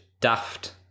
daft